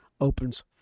Opens